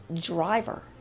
Driver